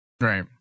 right